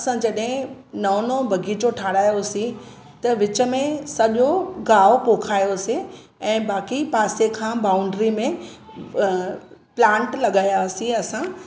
असां जॾहिं नओं नओं बगीचो ठाहिरायोसीं त विच में सॼो गाहु पोखायोसीं ऐं बाक़ी पासे खां बाउंड्री में प्लांट लॻायासीं असां